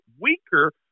weaker